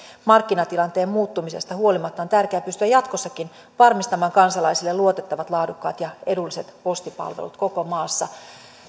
markkinatilanteen muuttumisesta huolimatta on tärkeää pystyä jatkossakin varmistamaan kansalaisille luotettavat laadukkaat ja edulliset postipalvelut koko maassa